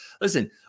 Listen